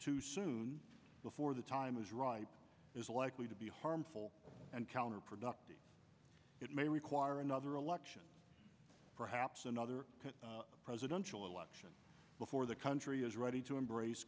too soon before the time is ripe is likely to be harmful and counterproductive it may require another election perhaps another presidential election before the country is ready to embrace